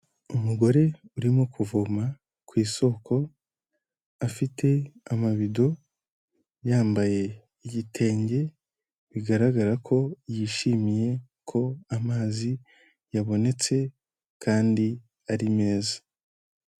Umugore urimo kuvoma ku isoko, afite amabido, yambaye igitenge bigaragara ko yishimiye ko amazi yabonetse kandi ari meza.